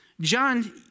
John